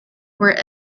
were